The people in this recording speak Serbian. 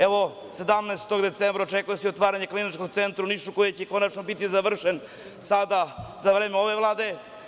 Evo, 17. decembra očekuje se otvaranje Kliničkog centra Niš koji će konačno biti završen sada za vreme ove Vlade.